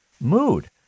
mood